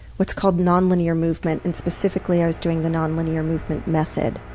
what's called non-linear movement, and specifically i was doing the non-linear movement method.